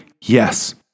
Yes